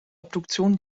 obduktion